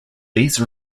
these